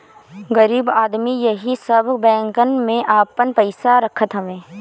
गरीब आदमी एही सब बैंकन में आपन पईसा रखत हवे